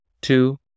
two